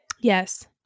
Yes